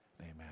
Amen